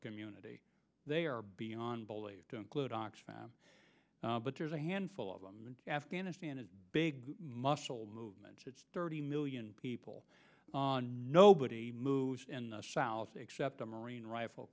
community they are beyond belief to include oxfam but there's a handful of them in afghanistan is big muscle movement thirty million people nobody moves in the south except a marine rifle